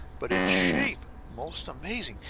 but its shape most amazing!